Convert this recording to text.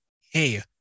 hey